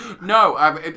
No